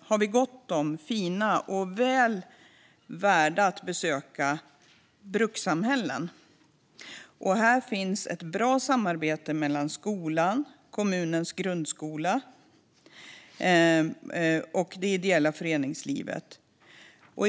har vi gott om fina brukssamhällen som är väl värda att besöka. Här finns ett bra samarbete mellan kommunens grundskolor och det ideella föreningslivet.